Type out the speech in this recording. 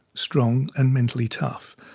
strong and mentally tough.